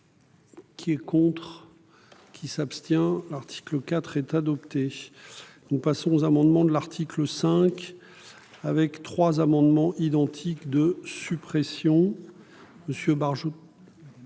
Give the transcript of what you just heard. Qui est contre. Qui s'abstient. L'article 4 est adopté. Nous passons aux amendements de l'article 5. Avec 3 amendements identiques de suppression.